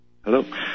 Hello